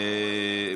אדוני?